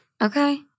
Okay